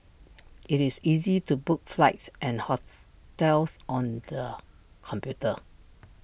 IT is easy to book flights and hotels on the computer